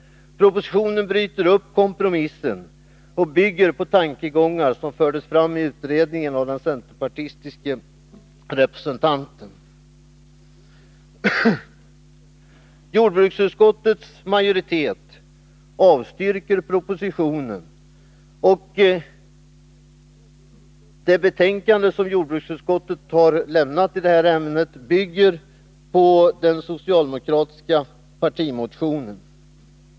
Propositionen bryter upp kompromissen och bygger på tankegångar som fördes fram i utredningen av den centerpartistiske representanten. Jordbruksutskottets majoritet avstyrker propositionen, och det betänkande som utskottet har avgivit i ämnet bygger på den socialdemokratiska partimotionen.